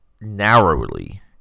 narrowly